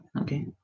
Okay